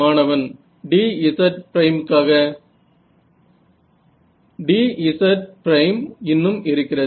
மாணவன் d z ப்ரைம்க்காக d z prime இன்னும் இருக்கிறது